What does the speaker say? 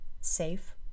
safe